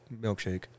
milkshake